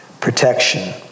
protection